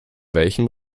welchem